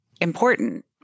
important